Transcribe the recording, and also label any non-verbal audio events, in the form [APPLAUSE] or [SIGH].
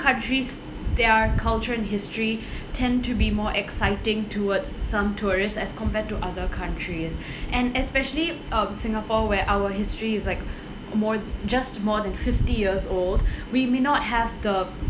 countries their culture and history [BREATH] tend to be more exciting towards some tourists as compared to other countries [BREATH] and especially um singapore where our history is like [BREATH] more just more than fifty years old [BREATH] we may not have the